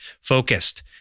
focused